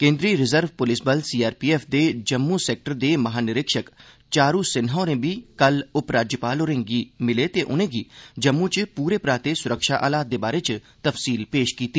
केन्द्र reserve police बल CRPF दे जम्मू सेक्टर दे महानिरीक्षक चारू सिन्हा होर बी कल उपराज्यपाल होरें गी मिले ते उनेंगी जम्मू च पूरे पराते सुरक्षा हालात दे बारे च तफसील पेश कीती